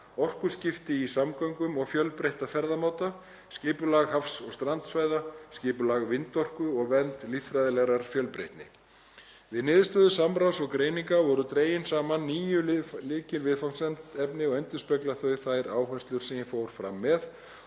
orkuskipti í samgöngum og fölbreytta ferðamáta, skipulag haf- og strandsvæða, skipulag vindorku og vernd líffræðilegrar fjölbreytni. Við niðurstöðu samráðs og greininga voru dregin saman níu lykilviðfangsefni og endurspegla þau þær áherslur sem ég fór fram með